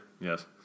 Yes